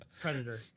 predator